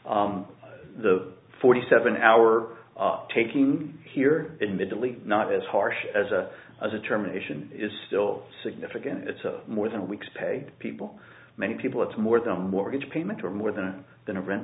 test the forty seven hour taking here in the delete not as harsh as a as a terminations is still significant it's more than a week's pay people many people it's more than mortgage payment or more than the rent